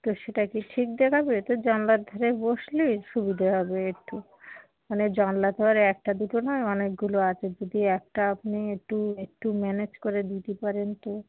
তো সেটা কি ঠিক দেখাবে তো জানলার ধারে বসলে সুবিধে হবে একটু মানে জানলা তো আর একটা দুটো নয় অনেকগুলো আছে যদি একটা আপনি একটু একটু ম্যানেজ করে দিতে পারেন তো